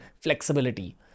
flexibility